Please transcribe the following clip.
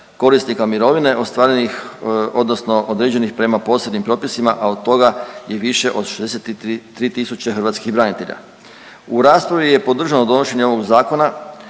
ostvarenih odnosno određenih prema posebnim propisima, a od toga i više od 63 tisuće hrvatskih branitelja. U raspravi je podržano donošenje ovog zakona,